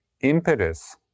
impetus